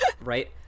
right